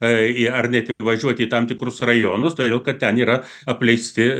ar net įvažiuoti į tam tikrus rajonus todėl kad ten yra apleisti